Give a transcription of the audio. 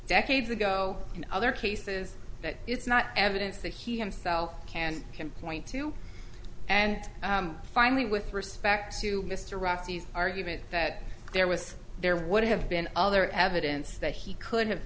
decades ago and other cases that it's not evidence that he himself can can point to and finally with respect to mr roxy's argument that there was there would have been other evidence that he could have